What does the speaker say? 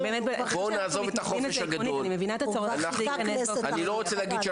אני מבינה את הצורך שזה ייכנס בעוד כמה ימים.